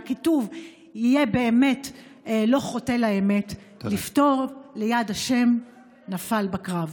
שכיתוב לא יחטא לאמת לכתוב ליד השם "נפל בקרב".